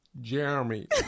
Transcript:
Jeremy